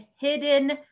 hidden